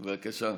בבקשה.